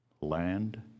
land